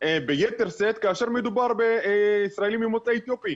ביתר שאת כאשר מדובר בישראלים ממוצא אתיופי.